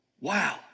Wow